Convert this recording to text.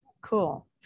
Cool